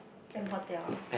M-Hotel